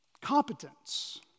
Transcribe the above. Competence